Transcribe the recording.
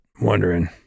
wondering